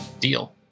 Deal